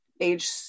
age